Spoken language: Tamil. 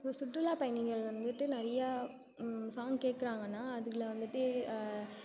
இப்போ சுற்றுலா பயணிகள் வந்துட்டு நிறையா சாங் கேட்குறாங்கனா அதில் வந்துட்டு